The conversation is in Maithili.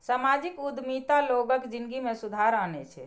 सामाजिक उद्यमिता लोगक जिनगी मे सुधार आनै छै